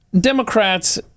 Democrats